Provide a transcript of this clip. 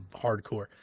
hardcore